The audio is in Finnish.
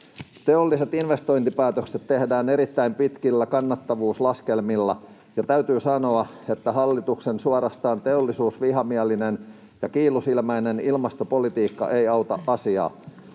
Teolliset investointipäätökset tehdään erittäin pitkillä kannattavuuslaskelmilla, ja täytyy sanoa, että hallituksen suorastaan teollisuusvihamielinen ja kiilusilmäinen ilmastopolitiikka ei auta asiaa.